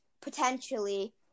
potentially